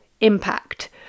impact